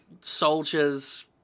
soldiers